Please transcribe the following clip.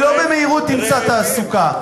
היא לא במהירות תמצא תעסוקה.